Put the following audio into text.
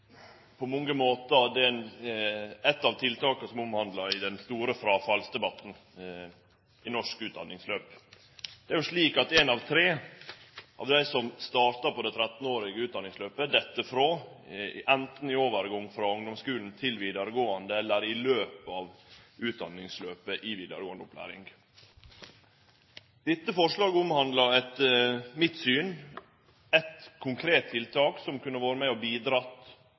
på mange måtar eitt av tiltaka som er omtalt i den store fråfallsdebatten i norsk utdanningsløp. Det er jo slik at ein av tre av dei som startar på det 13-årige utdanningsløpet, fell frå, anten i overgangen frå ungdomsskulen til vidaregåande, eller under utdanningsløpet i vidaregåande opplæring. Dette forslaget omhandlar etter mitt syn eitt konkret tiltak som kunne ha vore med og